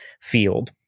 field